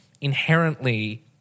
Inherently